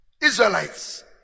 Israelites